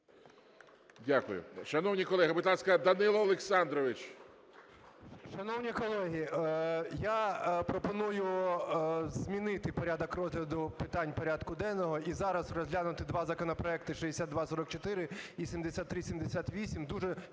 цілому. Шановні колеги, Данило Олександрович…